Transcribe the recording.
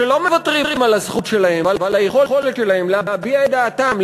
שלא מוותרים על הזכות שלהם ועל היכולת שלהם להביע את דעתם,